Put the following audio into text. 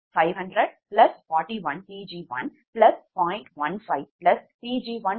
C150041Pg1 0